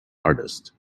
artist